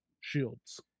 shields